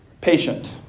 Patient